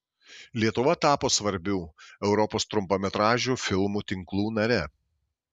lietuva tapo svarbių europos trumpametražių filmų tinklų nare